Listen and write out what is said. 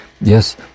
yes